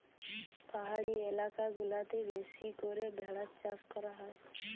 পাহাড়ি এলাকা গুলাতে বেশি করে ভেড়ার চাষ করা হয়